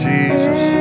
Jesus